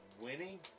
winning